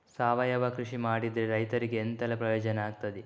ಸಾವಯವ ಕೃಷಿ ಮಾಡಿದ್ರೆ ರೈತರಿಗೆ ಎಂತೆಲ್ಲ ಪ್ರಯೋಜನ ಆಗ್ತದೆ?